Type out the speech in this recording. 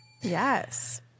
Yes